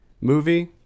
movie